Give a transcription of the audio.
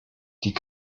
die